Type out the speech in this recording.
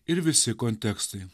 ir visi kontekstai